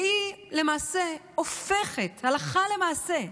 והיא למעשה הופכת, הלכה למעשה,